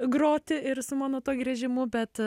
groti ir su mano tuo griežimu bet